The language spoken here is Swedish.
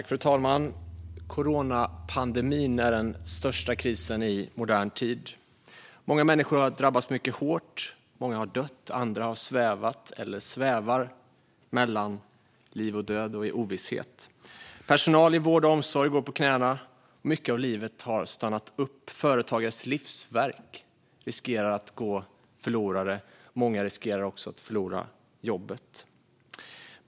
Fru talman! Coronapandemin är den största krisen i modern tid. Många människor har drabbats mycket hårt. Många har dött, och andra har svävat eller svävar mellan liv och död och i ovisshet. Personal i vård och omsorg går på knäna. Mycket av livet har stannat upp. Företagares livsverk riskerar att gå förlorade. Många riskerar också att förlora jobbet.